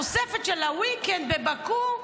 והתוספת של הוויקנד בבאקו,